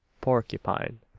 porcupine